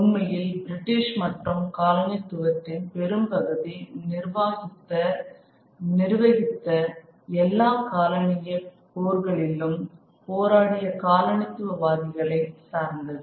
உண்மையில் பிரிட்டிஷ் மற்றும் காலனித்துவத்தின் பெரும்பகுதி நிர்வாகத்தை நிருவகித்து எல்லா காலனிய போர்களிலும் போராடிய காலனித்துவ வாதிகளை சார்ந்தது